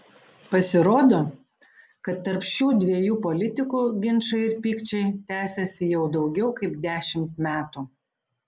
pasirodo kad tarp šių dviejų politikų ginčai ir pykčiai tęsiasi jau daugiau kaip dešimt metų